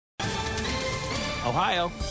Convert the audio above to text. Ohio